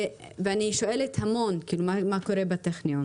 ואני שואלת המון מה קורה בטכניון